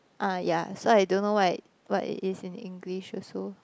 ah ya so I don't know what what it is in English also